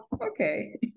okay